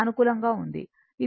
ఇది tan 1 L ω R